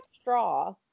straw